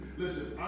listen